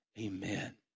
Amen